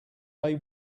they